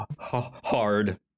hard